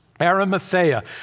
Arimathea